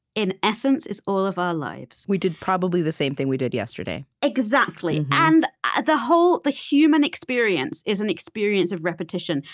in essence, is all of our lives we did, probably, the same thing we did yesterday exactly. and ah the whole the human experience is an experience of repetition.